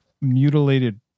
mutilated